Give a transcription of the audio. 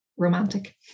romantic